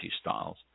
styles